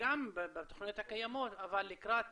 גם בתוכניות הקיימות, אבל לקראת